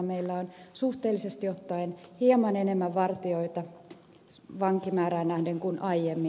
meillä on suhteellisesti ottaen hieman enemmän vartijoita vankimäärään nähden kuin aiemmin